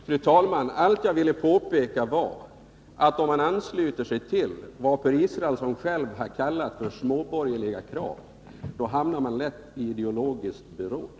Fru talman! Allt jag ville säga var att om man ansluter sig till vad Per Israelsson själv har kallat småborgerliga krav hamnar man lätt i ideologiskt beråd.